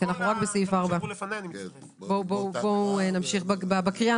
בואו נמשיך בקריאה.